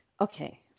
Okay